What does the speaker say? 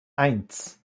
eins